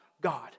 God